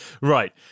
Right